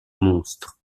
monstres